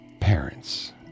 Parents